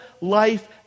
life